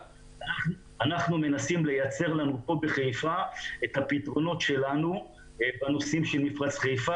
אנחנו מנסים לייצר לנו בחיפה את הפתרונות שלנו בנושאים של מפרץ חיפה